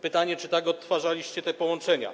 Pytanie, czy tak odtwarzaliście te połączenia.